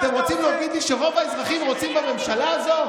אתם רוצים להגיד לי שרוב האזרחים רוצים בממשלה הזאת?